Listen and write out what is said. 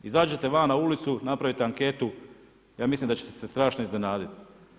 Izađite van na ulicu, napravite anketu, ja mislim da ćete se strašno iznenaditi.